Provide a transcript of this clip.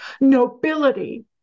nobility